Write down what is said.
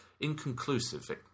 Inconclusive